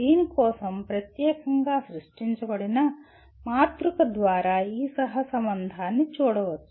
దీని కోసం ప్రత్యేకంగా సృష్టించబడిన మాతృక ద్వారా ఈ సహసంబంధాన్ని చూడవచ్చు